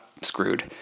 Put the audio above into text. screwed